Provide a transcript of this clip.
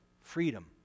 freedom